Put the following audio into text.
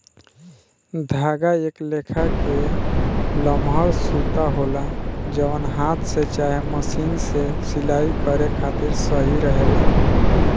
धागा एक लेखा के लमहर सूता होला जवन हाथ से चाहे मशीन से सिलाई करे खातिर सही रहेला